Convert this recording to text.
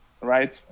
right